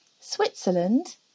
Switzerland